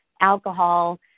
alcohol